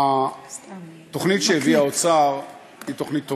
התוכנית שהביא האוצר היא תוכנית טובה.